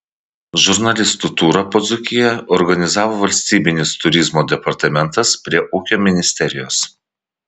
žurnalistų turą po dzūkiją organizavo valstybinis turizmo departamentas prie ūkio ministerijos